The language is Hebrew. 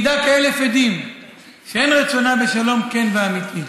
מעידה כאלף עדים שאין ברצונה בשלום כן ואמיתי.